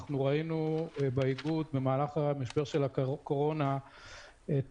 אנחנו ראינו במהלך המשבר של הקורונה את